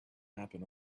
happen